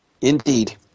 Indeed